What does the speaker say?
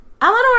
Eleanor